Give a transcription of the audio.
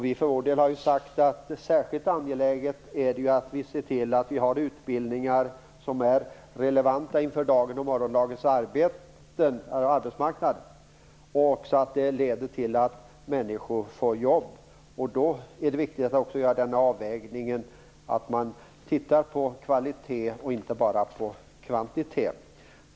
Vi för vår del har sagt att det är särskilt angeläget att vi ser till att vi har utbildningar som är relevanta inför dagens och morgondagens arbetsmarknad och att det leder till att människor får jobb. Då är det viktigt att göra en sådan avvägning att man tittar på kvalitet och inte bara på kvantitet.